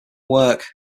work